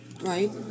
right